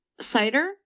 cider